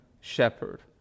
shepherd